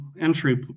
entry